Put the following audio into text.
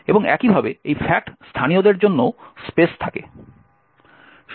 এবং একইভাবে এই fact স্থানীয়দের জন্যও স্পেস থাকে